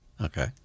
Okay